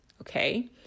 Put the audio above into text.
okay